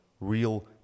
real